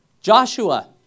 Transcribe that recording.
Joshua